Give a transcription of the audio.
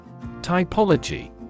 typology